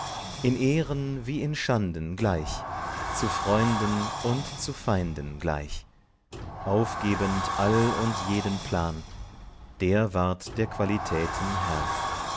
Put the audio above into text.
in ehren wie in schanden gleich zu freunden und zu feinden gleich aufgebend all und jeden plan der ward der qualitäten herr